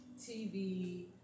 TV